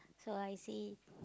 so I see